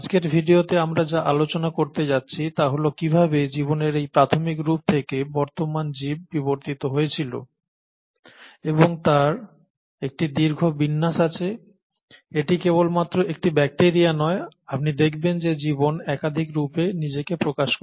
আজকের ভিডিওতে আমরা যা আলোচনা করতে যাচ্ছি তা হল কিভাবে জীবনের এই প্রাথমিক রূপ থেকে বর্তমান জীব বিবর্তিত হয়েছিল এবং তার একটি দীর্ঘ বিন্যাস আছে এটি কেবলমাত্র একটি ব্যাকটিরিয়া নয় আপনি দেখবেন যে জীবন একাধিক রূপে নিজেকে প্রকাশ করে